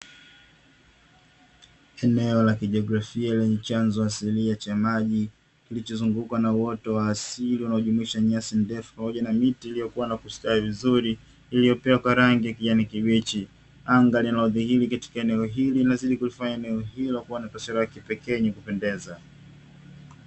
Eneo la kijiografia lenye chanzo asilia cha maji, kilichozungukwa na uoto wa asili unaojumuisha nyasi ndefu pamoja na miti iliokuwa na kustawi vizuri, iliyopewa kwa rangi ya kijani kibichi. Anga linalodhihiri katika eneo hili linazidi kulifanya eneo hilo kuwa na taswira ya kipekee inayopendeza.